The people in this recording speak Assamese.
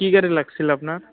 কি গাড়ী লাগিছিল আপোনাক